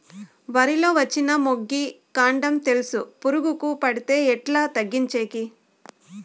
వరి లో వచ్చిన మొగి, కాండం తెలుసు పురుగుకు పడితే ఎట్లా తగ్గించేకి?